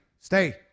Stay